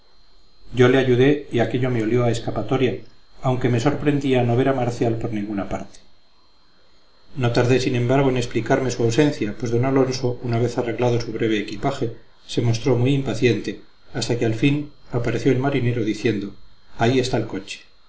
yo le ayudé y aquello me olió a escapatoria aunque me sorprendía no ver a marcial por ninguna parte no tardé sin embargo en explicarme su ausencia pues d alonso una vez arreglado su breve equipaje se mostró muy impaciente hasta que al fin apareció el marinero diciendo ahí está el coche